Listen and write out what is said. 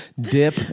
dip